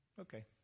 Okay